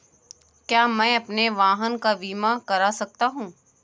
क्या मैं अपने वाहन का बीमा कर सकता हूँ?